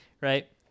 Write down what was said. Right